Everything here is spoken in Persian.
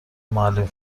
معلم